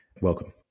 Welcome